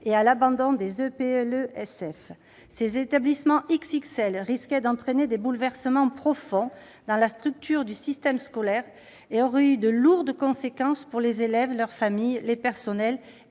fondamentaux, les EPLESF. Ces établissements XXL risquaient d'entraîner des bouleversements profonds dans la structure du système scolaire et auraient eu de lourdes conséquences pour les élèves, leurs familles, les personnels